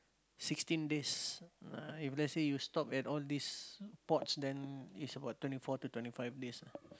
sixteen days uh if let's say if you stop at all these ports then it's about twenty four to twenty five days ah